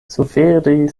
suferi